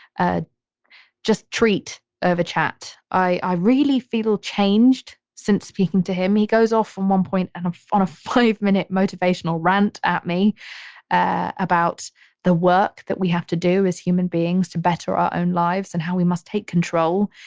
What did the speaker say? ah just treat over chat. i really feel changed since speaking to him. he goes off on one point and on a five minute motivational rant at me about the work that we have to do as human beings to better our own lives and how we must take control.